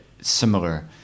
similar